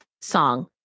song